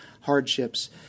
hardships